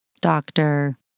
doctor